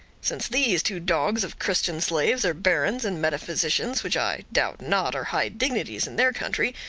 since these two dogs of christian slaves are barons and metaphysicians, which i doubt not are high dignities in their country,